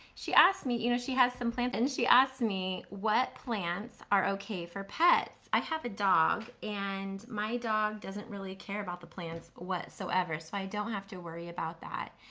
she asked me, you know, she has some plants, and she asked me what plants are okay for pets. i have a dog, and my dog doesn't really care about the plants whatsoever, so i don't have to worry about that.